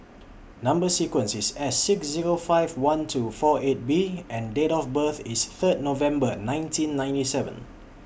Number sequence IS S six Zero five one two four eight B and Date of birth IS Third November nineteen ninety seven